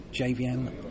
JVM